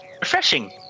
Refreshing